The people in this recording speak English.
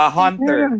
hunter